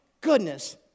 goodness